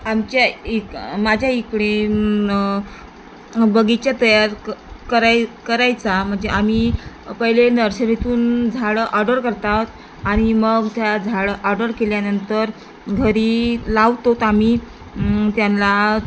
आमच्या इक माझ्या इकडे बगीचा तयार क कराय करायचा म्हणजे आम्ही पहिले नर्सरीतून झाडं ऑर्डर करतात आणि मग त्या झाडं ऑर्डर केल्यानंतर घरी लावतो आम्ही त्यांना